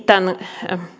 tämän